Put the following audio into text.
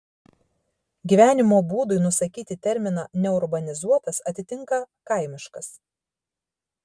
gyvenimo būdui nusakyti terminą neurbanizuotas atitinka kaimiškas